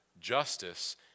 justice